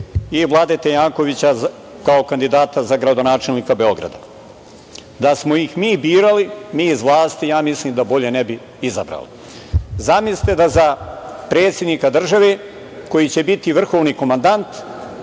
i Vladete Jankovića, kao kandidata za gradonačelnika Beograda. Da smo ih mi birali, mi iz vlasti, ja mislim da bolje ne bi izabrali. Zamislite da za predsednika države, koji će biti vrhovni komandant,